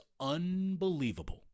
unbelievable